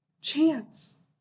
chance